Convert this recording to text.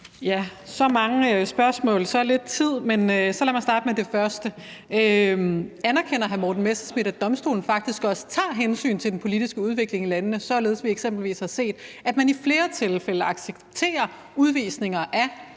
Så mange spørgsmål, så lidt tid, men lad mig starte med det første. Anerkender hr. Morten Messerschmidt, at domstolen faktisk også tager hensyn til den politiske udvikling i landene, således at vi eksempelvis har set, at man i flere tilfælde accepterer udvisninger af